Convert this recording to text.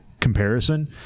comparison